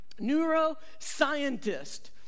neuroscientist